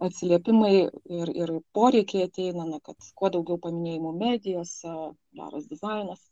atsiliepimai ir ir poreikiai ateina na kad kuo daugiau paminėjimų medijose geras dizainas